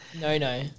no-no